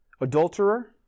adulterer